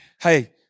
Hey